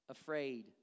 afraid